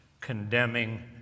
condemning